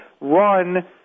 run